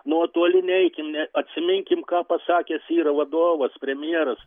nuo toli neikim ne atsiminkim ką pasakęs yra vadovas premjeras